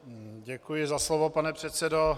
Děkuji za slovo, pane předsedo.